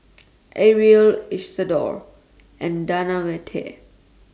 Ariel Isadore and Davante